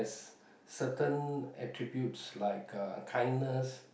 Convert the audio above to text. certain attributes like uh kindness